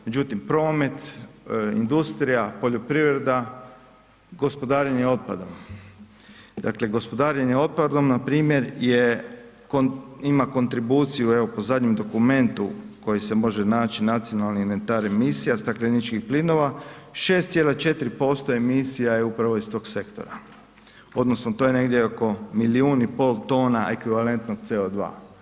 Međutim, promet, industrija, poljoprivreda, gospodarenje otpadom, dakle gospodarenje otpadom npr. je ima kontribuciju evo po zadnjem dokumentu koji se može naći, Nacionalni inventar emisija stakleničkih plinova 6,4% emisija je upravo iz tog sektora odnosno to je negdje oko milijun i pol tona ekvivalentnog CO2.